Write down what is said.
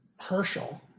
Herschel